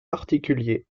particuliers